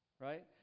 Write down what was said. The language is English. right